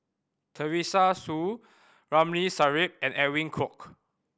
Teresa Hsu Ramli Sarip and Edwin Koek